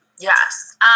Yes